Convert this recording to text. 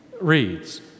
reads